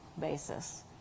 basis